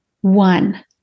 one